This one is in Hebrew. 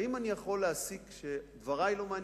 האם אני יכול להסיק שדברי לא מעניינים?